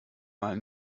mal